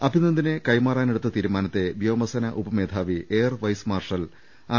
അഭിനന്ദനെ കൈമാറാനെടുത്ത തീരുമാനത്തെ വ്യോമസേനാ ഉപ മേധാവി എയർ വൈസ് മാർഷൽ ആർ